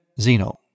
Zeno